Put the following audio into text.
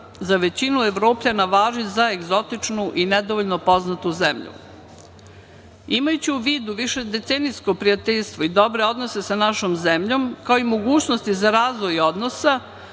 za većinu Evropljana važi za egzotičnu i nedovoljno poznatu zemlju. Imajući u vidu višedecenijsko prijateljstvo i dobre odnose sa našom zemljom, kao i mogućnosti za razvoj odnosa